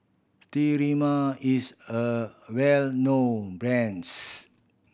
Sterimar is a well known brands